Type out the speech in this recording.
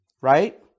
right